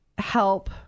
help